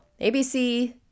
abc